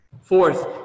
Fourth